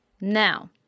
now